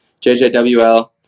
JJWL